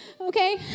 Okay